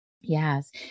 yes